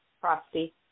Frosty